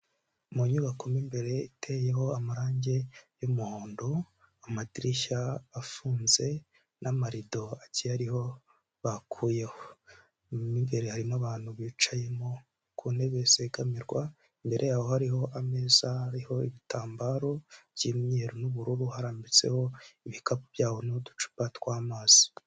Mu nyubako mo imbere iteyeho amarange y'umuhondo, amadirishya afunze n'amarido agiye ariho bakuyeho mo imbere harimo abantu bicayemo ku ntebe zegamirwa, imbere yaho hariho ameza ariho ibitambaro by'imyeru n'ubururu harambitseho ibikapu byabo n'uducupa tw'amazi.